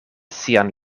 sian